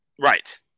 Right